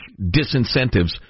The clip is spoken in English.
disincentives